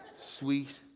sweet,